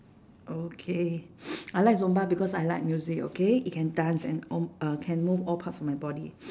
okay I like zumba because I like music okay it can dance and all can move all parts of my body